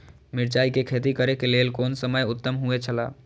मिरचाई के खेती करे के लेल कोन समय उत्तम हुए छला?